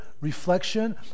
reflection